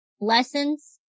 lessons